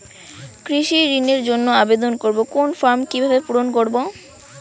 কৃষি ঋণের জন্য আবেদন করব কোন ফর্ম কিভাবে পূরণ করব?